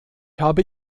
habe